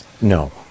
No